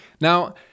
Now